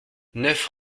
neuf